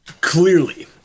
Clearly